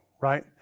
right